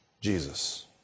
Jesus